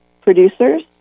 producers